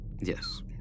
Yes